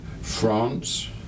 France